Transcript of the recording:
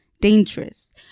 dangerous